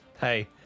Hey